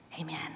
Amen